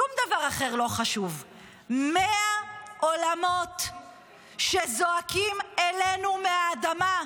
שום דבר אחר לא חשוב: 100 עולמות שזועקים אלינו מהאדמה,